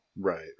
Right